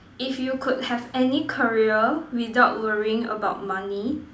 if you could have any career without worrying about money